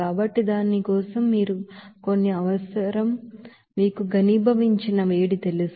కాబట్టి దాని కోసం మీకు కొన్ని అవసరం మీకు కండెన్స్డ్ హీట్ తెలుసు